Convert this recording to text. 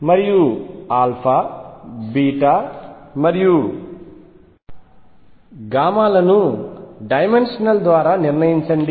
మరియు మరియు లను డైమెన్షనల్ ద్వారా నిర్ణయించండి